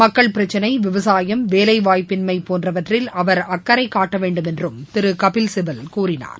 மக்கள் பிரச்சினை விவசாயம் வேலைவாய்ப்பின்மை போன்றவற்றில் அவர் அக்கறை காட்டவேண்டும் என்றும் திரு கபில்சிபல் கூறினார்